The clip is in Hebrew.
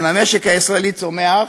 אם המשק הישראלי צומח,